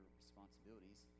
responsibilities